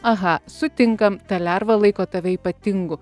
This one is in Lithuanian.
aha sutinkam ta lerva laiko tave ypatingu